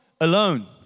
alone